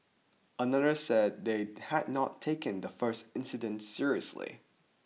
another said they had not taken the first incident seriously